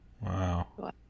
Wow